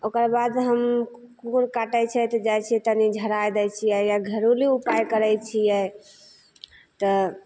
ओकरबाद जे हम कुकुर काटै छै तऽ जाइ छिए तनि झड़ै दै छिए या घरेलू उपाय करै छिए तऽ